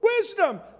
Wisdom